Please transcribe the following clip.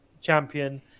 champion